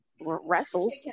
wrestles